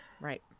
Right